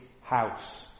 house